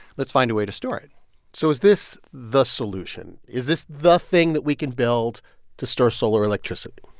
let's find a way to store it so is this the solution? is this the thing that we can build to store solar electricity?